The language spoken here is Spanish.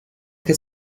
que